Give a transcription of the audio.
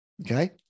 Okay